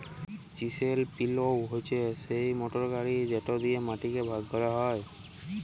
chisel পিলও হছে সেই মটর গাড়ি যেট দিঁয়ে মাটিকে ভাগ ক্যরা হ্যয়